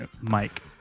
Mike